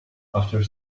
after